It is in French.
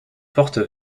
portes